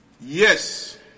Yes